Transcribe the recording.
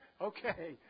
Okay